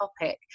topic